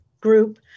group